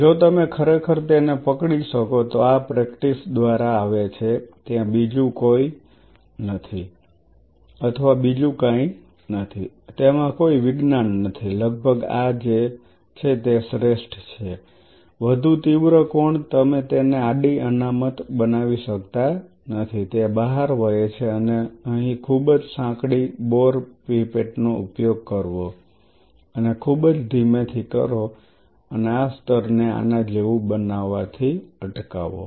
જો તમે ખરેખર તેને પકડી શકો તો આ પ્રેક્ટિસ દ્વારા આવે છે ત્યાં બીજું કાઈ નથી તેમાં કોઈ વિજ્ઞાન નથી લગભગ આ જે છે તે શ્રેષ્ઠ છે વધુ તીવ્ર કોણ તમે તેને આડી અનામત બનાવી શકતા નથી તે બહાર વહે છે અને અહીં ખૂબ જ સાંકડી બોર પાઇપેટનો ઉપયોગ કરવો અને ખૂબ જ ધીમે થી કરો અને આ સ્તરને આના જેવું બનવાથી અટકાવો